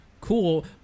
cool